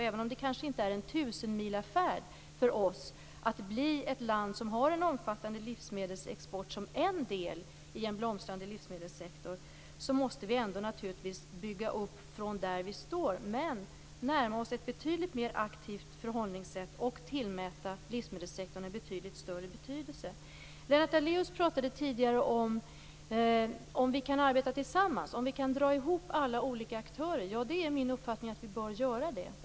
Även om det inte handlar om en tusenmilafärd för Sverige när det gäller att bli ett land som har en omfattande livsmedelsexport som en del i en blomstrande livsmedelssektor, måste vi naturligtvis börja uppbyggnaden där vi står men närma oss ett betydligt aktivare förhållningssätt och tillmäta livsmedelssektorn en väsentligt större betydelse. Lennart Daléus talade tidigare om möjligheten för oss att arbeta tillsammans och dra ihop alla olika aktörer. Det är min uppfattning att vi bör göra det.